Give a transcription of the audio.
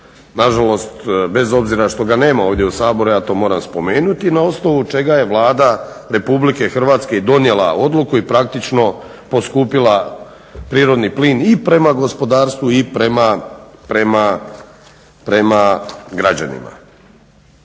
nažalost bez obzira što ga nema ovdje u Saboru, ja to moram spomenuti na osnovu čega je Vlada RH donijela Odluku i praktično poskupila prirodni plin i prema gospodarstvu i prema građanima.